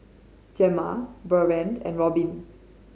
Gemma Bertrand and Robin